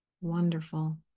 Wonderful